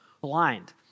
blind